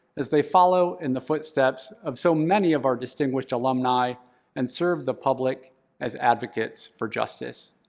as they follow in the footsteps of so many of our distinguished alumni and serve the public as advocates for justice.